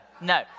no